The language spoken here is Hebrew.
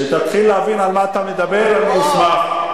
כשתתחיל להבין על מה אתה מדבר, אני אשמח.